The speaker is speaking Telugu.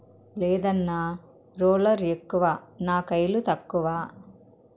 లేదన్నా, రోలర్ ఎక్కువ నా కయిలు తక్కువ